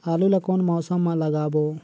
आलू ला कोन मौसम मा लगाबो?